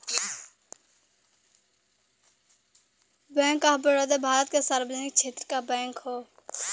bank of Baroda Bharat क सार्वजनिक क्षेत्र क बैंक हौ